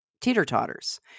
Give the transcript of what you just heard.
teeter-totters